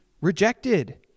rejected